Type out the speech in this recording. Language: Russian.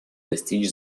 достичь